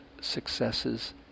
successes